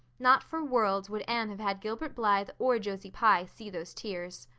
not for worlds would anne have had gilbert blythe or josie pye see those tears.